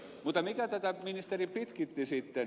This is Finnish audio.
mutta mikä tätä ministeri pitkitti sitten